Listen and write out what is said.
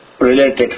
related